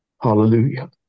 Hallelujah